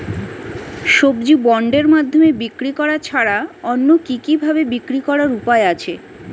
সবজি বন্ডের মাধ্যমে বিক্রি করা ছাড়া অন্য কি কি ভাবে বিক্রি করার উপায় আছে?